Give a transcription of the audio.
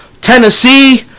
Tennessee